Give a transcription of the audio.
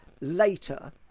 later